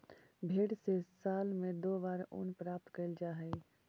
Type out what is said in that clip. भेंड से साल में दो बार ऊन प्राप्त कैल जा हइ